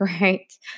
right